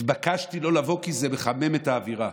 נתבקשתי לא לבוא, כי זה מחמם את האווירה.